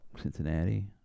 Cincinnati